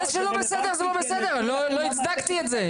זה לא בסדר, לא הצדקתי את זה.